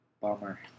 bummer